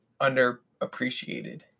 underappreciated